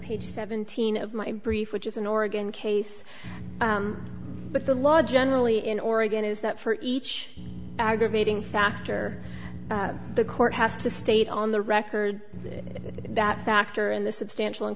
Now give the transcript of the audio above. page seventeen of my brief which is an oregon case but the law generally in oregon is that for each aggravating factor the court has to state on the record that factor in the substantial and